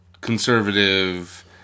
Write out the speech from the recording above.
conservative